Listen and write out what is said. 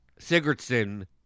Sigurdsson